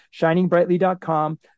shiningbrightly.com